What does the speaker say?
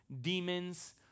demons